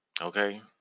okay